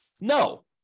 No